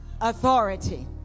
authority